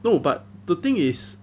no but the thing is